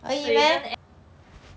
水跟 eg~ orh egg orh